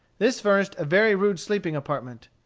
this furnished a very rude sleeping apartment.